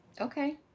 Okay